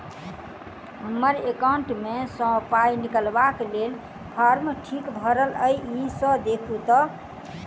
हम्मर एकाउंट मे सऽ पाई निकालबाक लेल फार्म ठीक भरल येई सँ देखू तऽ?